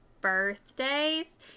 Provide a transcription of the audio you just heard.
birthdays